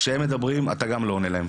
כשאחרים מדברים, אתה לא תדבר גם.